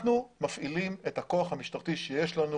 אנחנו מפעילים את הכוח המשטרתי שיש לנו